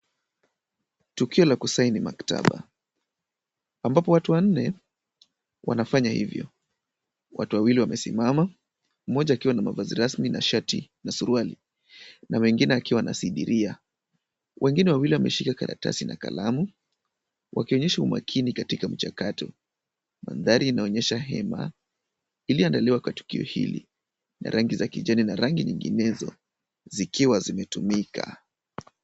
Tukio la kusaini maktaba ambapo watu wanne wanafanya hivyo. Watu wawili wamesimama mmoja akiwa na mavazi rasmi na shati na suruali na mwingine akiwa na sindiria. Wengine wawili wameshikilia karatasi na kalamu wakionyesha umakini katika mchakato. Mandhari inaonyesha hema iliyoandaliwa kwa tukio hili ya rangi za kijani na rangi nyinginezo zikiwa zimetumika.